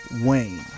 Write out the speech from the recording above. Wayne